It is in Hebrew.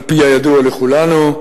על-פי הידוע לכולנו,